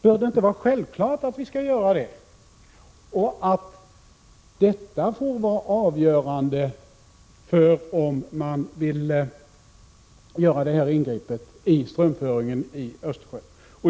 Bör det inte vara självklart att vi skall göra det och att detta får vara avgörande för om vi vill göra det här ingreppet i strömföringen till Östersjön?